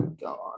god